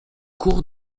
cours